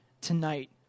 tonight